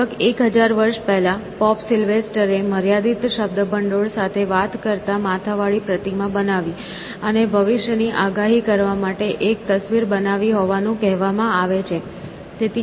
લગભગ 1000 વર્ષ પહેલાં પોપ સિલ્વેસ્ટર એ મર્યાદિત શબ્દભંડોળ સાથે વાત કરતાં માથા વાળી પ્રતિમા બનાવી અને ભવિષ્યની આગાહી કરવા માટે એક તસવીર બનાવી હોવાનું કહેવામાં આવે છે